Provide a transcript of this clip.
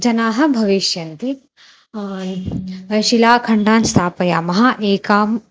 जनाः भविष्यन्ति शिलाखण्डान् स्थापयामः एकाम्